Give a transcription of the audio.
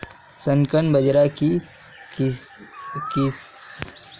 संकर बाजरा की किस्म से क्या लाभ मिलता है?